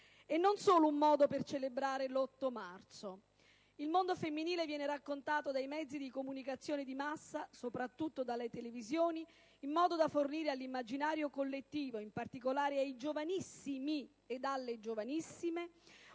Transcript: E non è solo un modo per celebrare l'8 marzo. Il mondo femminile viene raccontato dai mezzi di comunicazione di massa, soprattutto dalle televisioni, in modo da fornire all'immaginario collettivo, in particolare ai giovanissimi ed alle giovanissime,